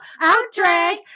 out-drag